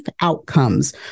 outcomes